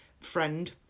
friend